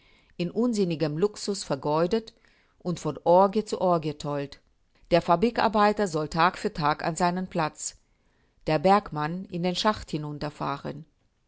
in unsinnigem luxus vergeudet und von orgie zu orgie tollt der fabrikarbeiter soll tag für tag an seinen platz der bergmann in den schacht hinunterfahren